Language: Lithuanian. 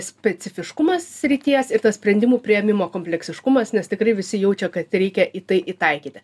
specifiškumas srities ir tas sprendimų priėmimo kompleksiškumas nes tikrai visi jaučia kad reikia į tai įtaikyti